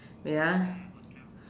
wait ah